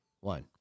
one